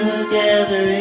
together